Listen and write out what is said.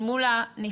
אל מול הנפטרים,